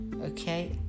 okay